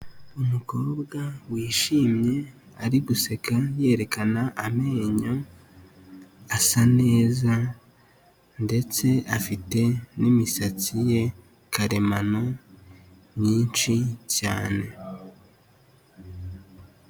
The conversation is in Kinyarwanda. Umukobwa wishimye, ari guseka yerekana amenyo, asa neza ndetse afite n'imisatsi ye karemano, myinshi cyane.